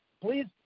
Please